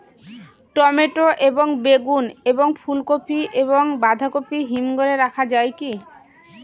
Tomato এবং বেগুন এবং ফুলকপি এবং বাঁধাকপি হিমঘরে রাখা যায় কি?